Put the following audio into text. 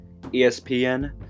ESPN